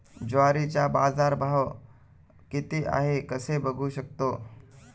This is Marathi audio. ज्वारीचा बाजारभाव किती आहे कसे बघू शकतो?